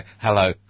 hello